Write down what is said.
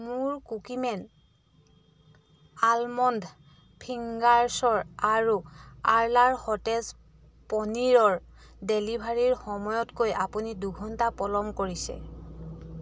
মোৰ cookie man almond ফিংগাৰছৰ আৰু আৰ্লাৰ সতেজ পনীৰৰ ডেলিভাৰীৰ সময়তকৈ আপুনি দুঘণ্টা পলম কৰিছে